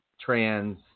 trans